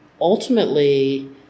ultimately